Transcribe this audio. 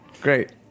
Great